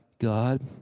God